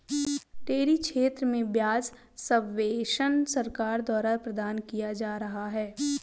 dairy क्षेत्र में ब्याज सब्वेंशन सरकार द्वारा प्रदान किया जा रहा है